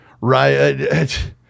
Right